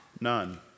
None